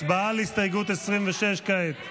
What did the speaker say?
הצבעה על הסתייגות 26 כעת.